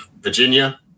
Virginia